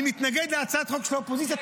אני מתנגד להצעות חוק טובות של האופוזיציה,